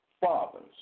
Fathers